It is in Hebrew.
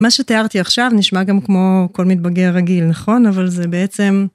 מה שתיארתי עכשיו נשמע גם כמו כל מתבגר רגיל, נכון? אבל זה בעצם...